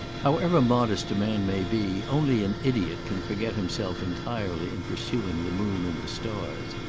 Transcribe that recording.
however modest a man may be, only an idiot can forget himself entirely in pursuing the moon and the stars.